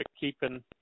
keeping